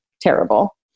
terrible